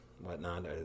whatnot